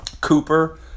Cooper